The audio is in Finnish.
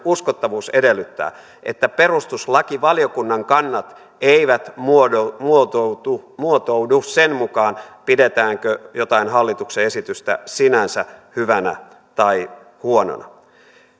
uskottavuus edellyttää että perustuslakivaliokunnan kannat eivät muotoudu muotoudu sen mukaan pidetäänkö jotain hallituksen esitystä sinänsä hyvänä tai huonona